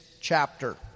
chapter